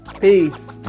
Peace